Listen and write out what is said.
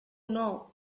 know